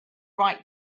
right